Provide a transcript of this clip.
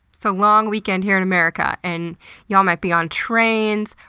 so long weekend here in america and y'all might be on trains,